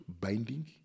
binding